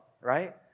right